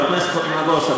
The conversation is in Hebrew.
חבר הכנסת נגוסה.